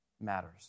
matters